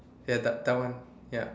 ya that that one ya